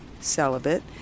celibate